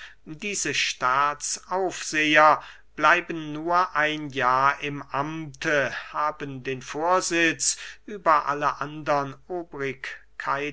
diese staatsaufseher bleiben nur ein jahr im amte haben den vorsitz über alle andern